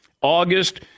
August